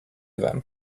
them